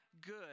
good